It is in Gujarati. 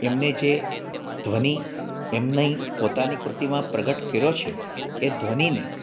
એમને જે ધ્વનિ એમની પોતાની કૃતિમાં પ્રગટ કર્યો છે એ ધ્વનિને